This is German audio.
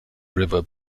river